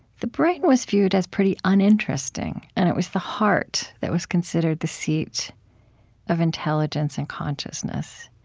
the brain was viewed as pretty uninteresting. and it was the heart that was considered the seat of intelligence and consciousness.